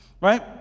right